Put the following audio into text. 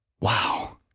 Wow